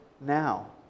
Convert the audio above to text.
now